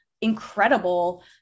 incredible